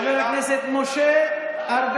חבר הכנסת סמוטריץ'.